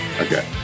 Okay